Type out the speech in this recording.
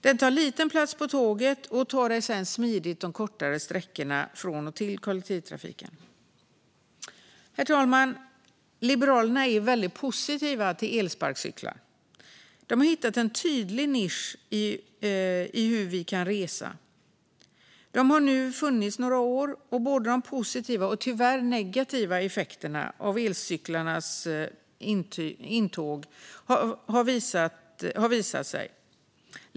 Den tar liten plats på tåget och tar dig sedan smidigt de kortare sträckorna från och till kollektivtrafiken. Herr talman! Liberalerna är väldigt positiva till elsparkcyklar. Dessa utgör en tydlig nisch i hur vi kan resa. De har nu funnits några år, och både de positiva och tyvärr negativa effekterna av elsparkcyklarnas intåg har visat sig.